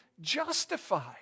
justified